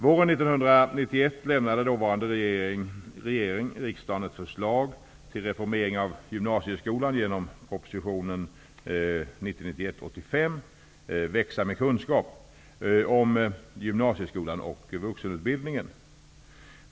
Våren 1991 lämnade dåvarande regering riksdagen ett förslag till reformering av gymnasieskolan genom propositionen 1990/91:85 Växa med kunskap -- om gymnasieskolan och vuxenutbildningen.